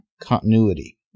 continuity